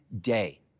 day